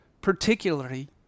particularly